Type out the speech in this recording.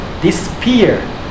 disappear